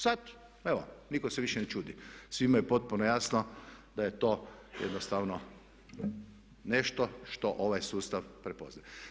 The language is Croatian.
Sad evo nitko se više ne čudi, svima je potpuno jasno da je to jednostavno nešto što ovaj sustav prepoznaje.